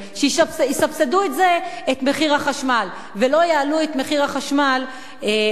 שיסבסדו עם זה את מחיר החשמל ולא יעלו את מחיר החשמל לאזרחים.